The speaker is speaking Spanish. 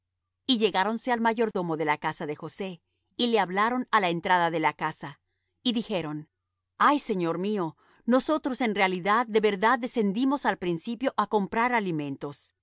y llegáronse al mayordomo de la casa de josé y le hablaron á la entrada de la casa y dijeron ay señor mío nosotros en realidad de verdad descendimos al principio á comprar alimentos